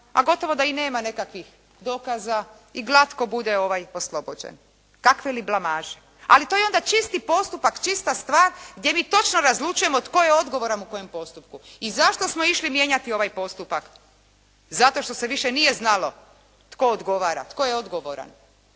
a gotovo da i nema nekakvih dokaza i glatko bude ovaj oslobođen. Kakve li blamaže! Ali to je onda čisti postupak, čista stvar gdje mi točno razlučujemo tko je odgovoran u kojem postupku i zašto smo išli mijenjati ovaj postupak? Zato što se više nije znalo tko odgovara, tko je odgovoran,